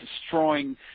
destroying